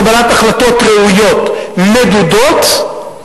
קבלת החלטות ראויות מדודות,